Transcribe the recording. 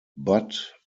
but